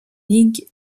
ligues